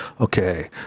okay